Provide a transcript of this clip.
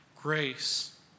grace